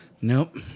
Nope